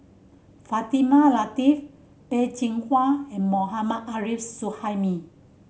Fatimah Lateef Peh Chin Hua and Mohammad Arif Suhaimi